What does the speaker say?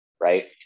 Right